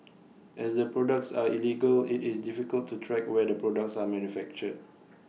as the products are illegal IT is difficult to track where the products are manufactured